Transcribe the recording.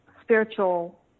spiritual